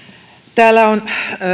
täällä on